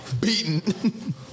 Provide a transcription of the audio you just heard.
Beaten